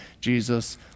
Jesus